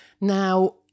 Now